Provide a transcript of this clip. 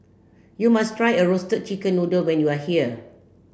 you must try a roasted chicken noodle when you are here